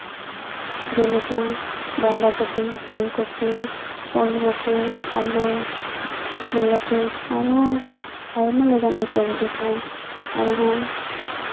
ᱡᱮᱞᱮᱠᱟ ᱵᱟᱸᱫᱟ ᱠᱚᱯᱤ ᱯᱷᱩᱞᱠᱚᱯᱤ ᱳᱞᱠᱚᱯᱤ ᱟᱹᱞᱩ ᱵᱤᱞᱟᱹᱛᱤ ᱟᱨᱦᱚᱸ ᱟᱭᱢᱟ ᱞᱮᱠᱟᱱᱟᱜ ᱥᱚᱵᱽᱡᱤ ᱠᱚ ᱟᱨᱦᱚᱸ